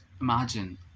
imagine